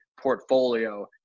portfolio